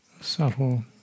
subtle